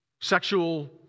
sexual